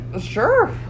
Sure